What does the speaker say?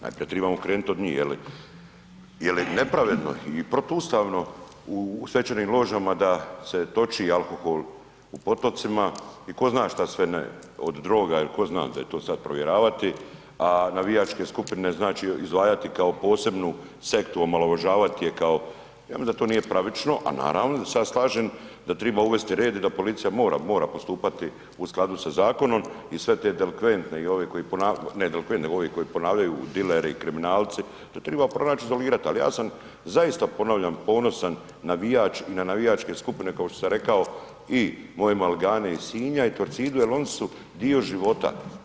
Dakle, tribamo krenuti od njih je li, je li nepravedno i protuustavno u svečanim ložama da se toči alkohol u potocima i tko zna što sve ne, od droga ili tko zna, da je to sad provjeravati, a navijačke skupine znači, izlagati kao posebnu sektu, omalovažavati je kao, ja mislim da to nije pravično, a naravno da se ja slažem da triba uvesti red i da policija mora, mora postupati u skladu sa zakonom i sve te delikventne i ovi koji, ne delikvente nego ovi koji ponavljaju, dileri, kriminalci, to treba pronaći i izolirati, ali ja sam, zaista ponavljam, ponosan navijač i na navijačke skupine, kao što sam rekao i moje Maligane iz Sinja i Torcidu jer oni su dio života.